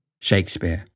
Shakespeare